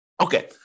Okay